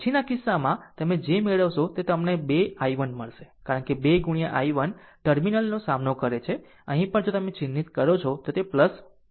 પછી આ કિસ્સામાં તમે જે મેળવશો તે તમને 2 i1 મળશે કારણ કે 2 into i1 ટર્મિનલનો સામનો કરે છે અહીં પણ જો તમે ચિહ્નિત કરો છો તો તે છે